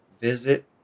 visit